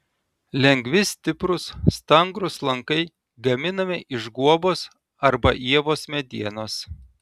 lengvi stiprūs stangrūs lankai gaminami iš guobos arba ievos medienos